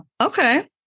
okay